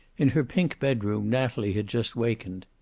in her pink bedroom natalie had just wakened.